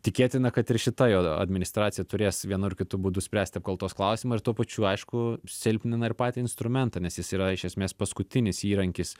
tikėtina kad ir šita jo administracija turės vienu ar kitu būdu spręsti apkaltos klausimą ir tuo pačiu aišku silpnina ir patį instrumentą nes jis yra iš esmės paskutinis įrankis